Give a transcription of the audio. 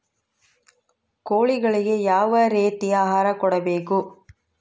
ಕೋಳಿಗಳಿಗೆ ಯಾವ ರೇತಿಯ ಆಹಾರ ಕೊಡಬೇಕು?